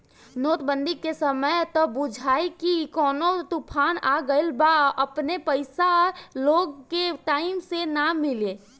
note बंदी के समय त बुझाए की कवनो तूफान आ गईल बा अपने पईसा लोग के टाइम से ना मिले